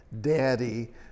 daddy